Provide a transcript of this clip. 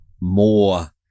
more